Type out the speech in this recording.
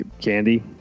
Candy